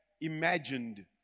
imagined